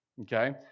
Okay